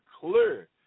clear